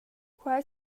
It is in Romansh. quei